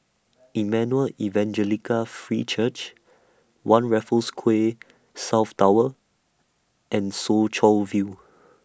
Emmanuel Evangelical Free Church one Raffles Quay South Tower and Soo Chow View